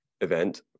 event